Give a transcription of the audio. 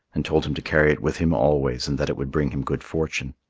and told him to carry it with him always and that it would bring him good fortune.